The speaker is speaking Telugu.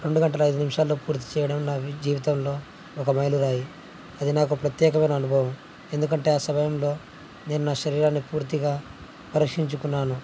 రెండు గంటల ఐదు నిమిషాల్లో పూర్తి చేయడం నా జీవితంలో ఒక మైలు రాయి అది నాకు ప్రత్యేకమైన అనుభవం ఎందుకంటే ఆ సమయంలో నేను నా శరీరాన్ని పూర్తిగా పరిరక్షించుకున్నాను